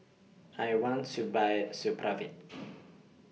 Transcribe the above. I want to Buy Supravit